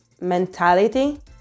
mentality